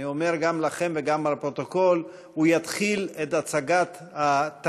אני אומר גם לכם וגם לפרוטוקול: הוא יתחיל את הצגת התקציב,